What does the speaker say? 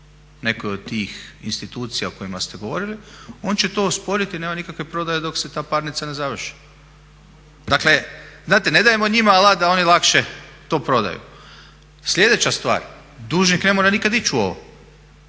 nekoj od tih institucija o kojima ste govorili on će to osporiti i nema nikakve prodaje dok se ta parnica ne završi. Dakle, znate ne dajemo njima alat da oni lakše to prodaju. Sljedeća stvar, dužnik ne mora nikad ići u ovo.